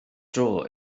dro